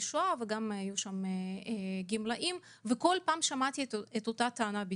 שואה וגמלאים ושמעתי כל פעם את אותה טענה.